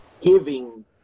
giving